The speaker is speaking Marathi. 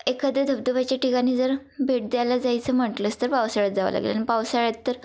एखाद्या धबधबाच्या ठिकाणी जर भेट द्यायला जायचं म्हटलंच तर पावसाळ्यात जावं लागेल आणि पावसाळ्यात तर